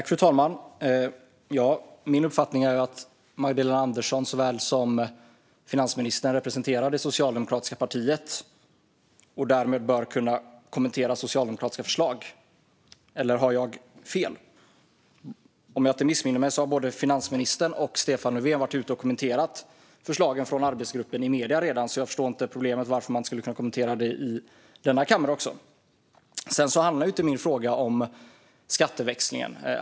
Fru talman! Min uppfattning är att Magdalena Andersson också som finansminister representerar det socialdemokratiska partiet och därmed bör kunna kommentera socialdemokratiska förslag, eller har jag fel? Om jag inte missminner mig har både finansministern och Stefan Löfven redan kommenterat förslagen från arbetsgruppen i medierna. Jag förstår inte problemet och varför man inte skulle kunna kommentera det också i denna kammare. Sedan handlade inte min fråga om skatteväxlingen.